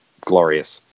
glorious